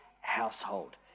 household